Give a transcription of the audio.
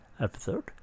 episode